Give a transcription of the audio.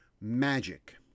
Magic